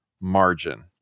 margin